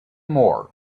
more